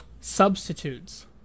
substitutes